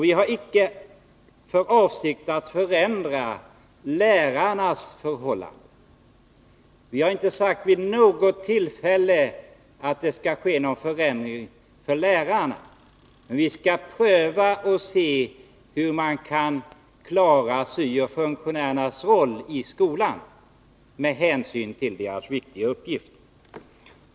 Vi har icke för avsikt att förändra lärarnas förhållanden. Vi har inte vid något tillfälle sagt att det skall ske någon sådan förändring. Vi skall pröva och se hur man kan klara syo-funktionärernas roll i skolan med hänsyn till deras viktiga uppgift.